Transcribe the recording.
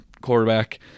quarterback